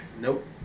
Nope